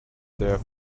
there